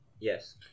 Yes